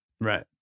right